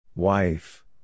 Wife